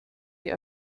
die